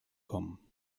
kommen